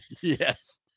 Yes